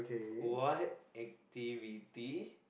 what activity